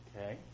Okay